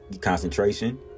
concentration